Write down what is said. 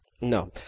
No